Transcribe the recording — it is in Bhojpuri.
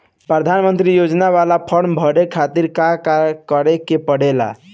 प्रधानमंत्री योजना बाला फर्म बड़े खाति का का करे के पड़ी?